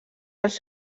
els